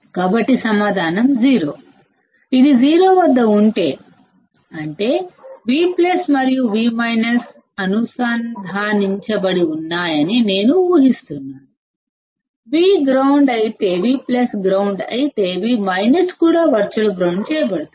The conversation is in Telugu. కాబట్టి సమాధానం సున్నా ఇది సున్నా వద్ద ఉంటే అంటే V మరియు V అనుసంధానించబడి ఉన్నాయని నేను ఉహిస్తున్నాను V గ్రౌన్దేడ్ అయితేV కూడా వర్చువల్ గ్రౌండ్ చేయబడుతుంది